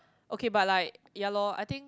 okay but like ya lor I think